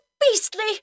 beastly